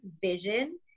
vision